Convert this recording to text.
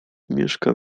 mieszkam